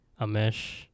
Amesh